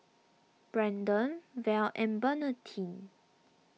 Brandon Val and Bernardine